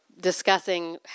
discussing